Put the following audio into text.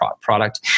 product